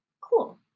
Cool